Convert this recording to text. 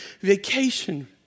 vacation